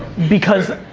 because,